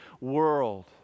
world